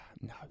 no